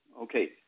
Okay